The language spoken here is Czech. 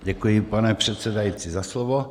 Děkuji, pane předsedající, za slovo.